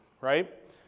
right